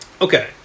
Okay